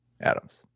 Adams